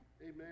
Amen